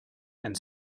and